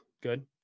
good